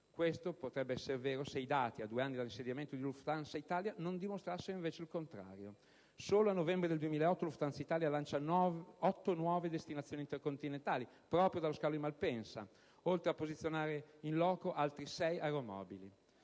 Questo potrebbe essere vero se i dati, a due anni dall'insediamento di Lufthansa Italia, non dimostrassero il contrario. Solo a novembre 2008 Lufthansa Italia lancia otto nuove destinazioni intercontinentali proprio sullo scalo di Malpensa, oltre a posizionare *in loco* altri sei aeromobili.